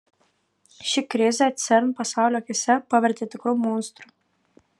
ši krizė cern pasaulio akyse pavertė tikru monstru